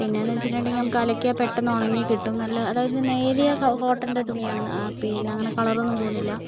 പിന്നെയെന്ന് വെച്ചിട്ടുണ്ടെങ്കിൽ നമുക്ക് അലക്കിയാൽ പെട്ടെന്ന് ഉണങ്ങി കിട്ടും നല്ല അതായത് നേരിയ കോട്ടൻ്റെ തുണിയാണ് പിന്നെ അങ്ങനെ കളറൊന്നും പോകുന്നില്ല